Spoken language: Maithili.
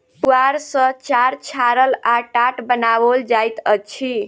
पुआर सॅ चार छाड़ल आ टाट बनाओल जाइत अछि